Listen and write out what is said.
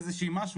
איזשהו משהו,